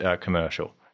commercial